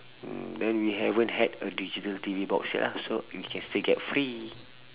mm then we haven't had a digital T_V box yet ah so we can still get free